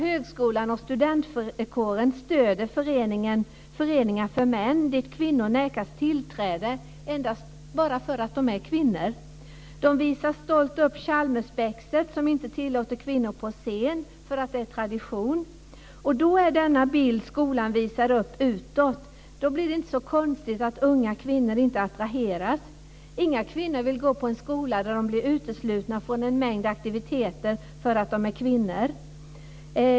Högskolan och studentkåren stöder föreningar för män dit kvinnor nekas tillträde, bara för att de är kvinnor. De visar stolt upp Chalmersspexet, som inte tillåter kvinnor på scen för att det är tradition. Det är den bild skolan visar upp utåt. Då är det inte så konstigt att unga kvinnor inte attraheras. Inga kvinnor vill gå på en skola där de blir uteslutna från en mängd aktiviteter därför att de är kvinnor.